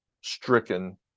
stricken